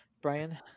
Brian